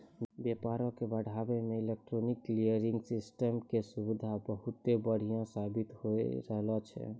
व्यापारो के बढ़ाबै मे इलेक्ट्रॉनिक क्लियरिंग सिस्टम के सुविधा बहुते बढ़िया साबित होय रहलो छै